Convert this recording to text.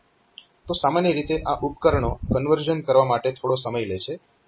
તો સામાન્ય રીતે આ ઉપકરણો કન્વર્ઝન કરવા માટે થોડો સમય લે છે